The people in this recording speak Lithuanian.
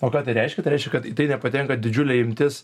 o ką tai reiškia tai reiškia kad į tai nepatenka didžiulė imtis